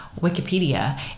Wikipedia